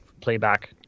playback